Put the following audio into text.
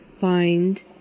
find